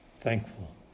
thankful